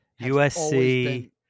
usc